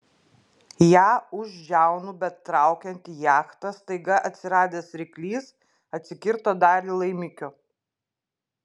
ją už žiaunų betraukiant į jachtą staiga atsiradęs ryklys atsikirto dalį laimikio